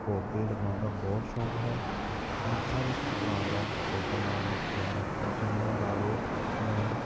ਪੌਦੇ ਲਗਾਉਣ ਦਾ ਬਹੁਤ ਸ਼ੌਕ ਹੈ ਮੈਂ ਹਰ ਇੱਕ ਤਰ੍ਹਾਂ ਦਾ ਪੌਦਾ ਲਾਉਣ ਨੂੰ ਤਿਆਰ ਹਾਂ ਜਿਵੇਂ ਲਗਾ ਲਓ ਮੈਂ